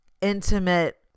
intimate